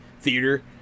theater